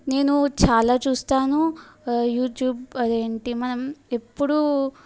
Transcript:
నేను చాలా చూస్తాను యూట్యూబ్ అదేంటి మనం ఎప్పుడు